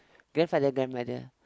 grandfather grandmother